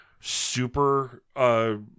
super